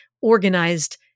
organized